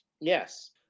Yes